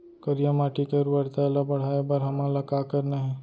करिया माटी के उर्वरता ला बढ़ाए बर हमन ला का करना हे?